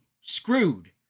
screwed